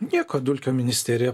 nieko dulkio ministerija